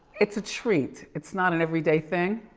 it's a treat, it's not an everyday thing.